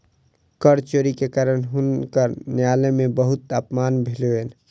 कर चोरी के कारण हुनकर न्यायालय में बहुत अपमान भेलैन